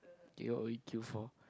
do you away queue for